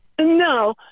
No